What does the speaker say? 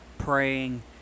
praying